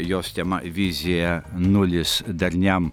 jos tema vizija nulis darniam